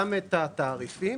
גם את התעריפים